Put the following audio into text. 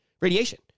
radiation